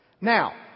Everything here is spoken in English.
Now